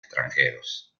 extranjeros